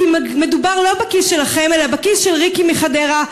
כי מדובר לא בכיס שלכם אלא בכיס של ריקי מחדרה,